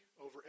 over